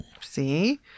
See